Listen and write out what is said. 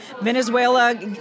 Venezuela